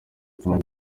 ubutumwa